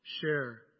share